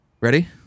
Ready